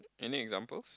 any examples